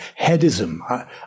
headism